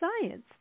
science